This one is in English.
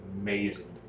amazing